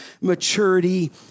maturity